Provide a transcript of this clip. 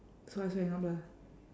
so I also hang up lah